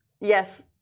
Yes